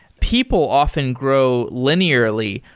people often grow linearly,